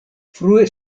frue